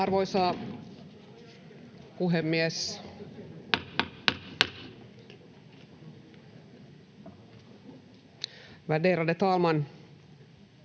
Arvoisa puhemies, värderade talman!